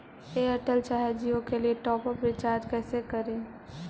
Airtel चाहे जियो के लिए टॉप अप रिचार्ज़ कैसे करी?